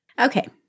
Okay